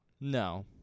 No